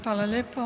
Hvala lijepo.